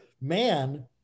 man